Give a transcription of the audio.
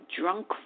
drunk